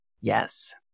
Yes